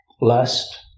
Lust